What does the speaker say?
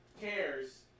cares